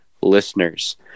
listeners